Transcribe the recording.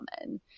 common